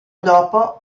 dopo